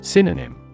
Synonym